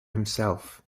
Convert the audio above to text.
himself